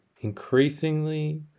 increasingly